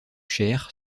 cher